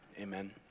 Amen